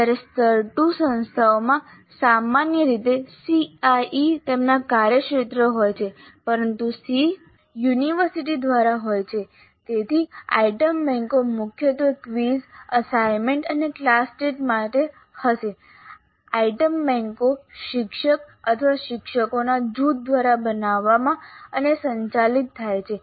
જ્યારે સ્તર 2 સંસ્થાઓમાં સામાન્ય રીતે CIE તેમના કાર્યક્ષેત્રમાં હોય છે પરંતુ SEE યુનિવર્સિટી દ્વારા હોય છે તેથી આઇટમ બેન્કો મુખ્યત્વે ક્વિઝ અસાઇનમેન્ટ અને ક્લાસ ટેસ્ટ માટે હશે આઇટમ બેન્કો શિક્ષક અથવા શિક્ષકોના જૂથ દ્વારા બનાવવામાં અને સંચાલિત થાય છે